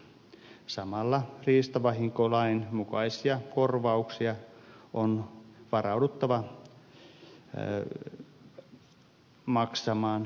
samalla riistavahinkolain mukaisia korvauksia on varauduttava maksamaan kirjaimellisesti